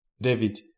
David